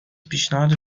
پیشنهاد